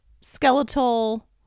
skeletal